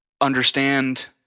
understand